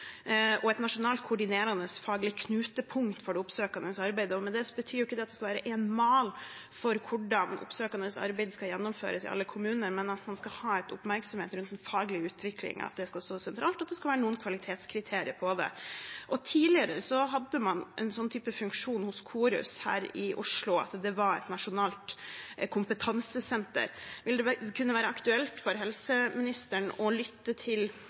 og et nasjonalt koordinerende faglig knutepunkt for det oppsøkende arbeidet. Det betyr ikke at det skal være én mal for hvordan oppsøkende arbeid skal gjennomføres i alle kommuner, men at man skal ha oppmerksomhet rundt den faglige utviklingen, at det skal stå sentralt, og at det skal være noen kvalitetskriterier for det. Tidligere hadde man en sånn type funksjon hos KoRus her i Oslo, det var et nasjonalt kompetansesenter. Vil det kunne være aktuelt for helseministeren å lytte til